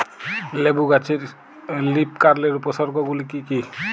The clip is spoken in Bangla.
লেবু গাছে লীফকার্লের উপসর্গ গুলি কি কী?